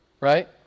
Right